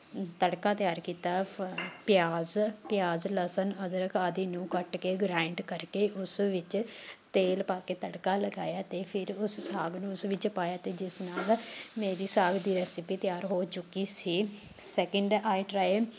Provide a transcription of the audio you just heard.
ਸ ਤੜਕਾ ਤਿਆਰ ਕੀਤਾ ਪ ਪਿਆਜ਼ ਪਿਆਜ਼ ਲਸਣ ਅਦਰਕ ਆਦਿ ਨੂੰ ਕੱਟ ਕੇ ਗਰਾਇੰਡ ਕਰਕੇ ਉਸ ਵਿੱਚ ਤੇਲ ਪਾ ਕੇ ਤੜਕਾ ਲਗਾਇਆ ਅਤੇ ਫਿਰ ਉਸ ਸਾਗ ਨੂੰ ਉਸ ਵਿੱਚ ਪਾਇਆ ਅਤੇ ਜਿਸ ਨਾਲ ਮੇਰੀ ਸਾਗ ਦੀ ਰੈਸਿਪੀ ਤਿਆਰ ਹੋ ਚੁੱਕੀ ਸੀ ਸੈਕਿੰਡ ਆਈ ਟਰਾਏ